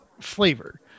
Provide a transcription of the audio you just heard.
flavor